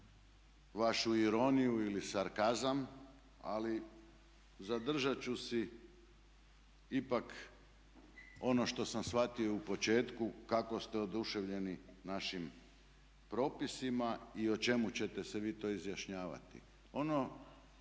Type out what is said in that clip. vašu ironiju ili sarkazam, ali zadržat ću si ipak ono što sam shvatio u početku kako ste oduševljeni našim propisima i o čemu ćete se vi to izjašnjavati. Ono